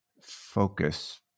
focus